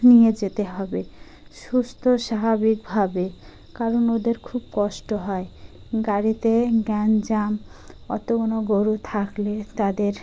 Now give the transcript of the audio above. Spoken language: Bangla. নিয়ে যেতে হবে সুস্থ স্বাভাবিকভাবে কারণ ওদের খুব কষ্ট হয় গাড়িতে গ্যাঞ্জাম অত গুনো গরু থাকলে তাদের